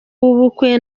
w’ubukwe